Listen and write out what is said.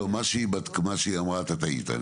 לא, מה שהיא אמרה - אתה טעית.